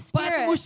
Spirit